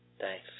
Thanks